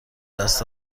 دست